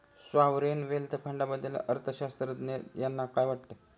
Sovereign wealth फंडाबद्दल अर्थअर्थशास्त्रज्ञ यांना काय वाटतं?